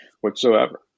whatsoever